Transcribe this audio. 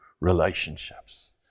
relationships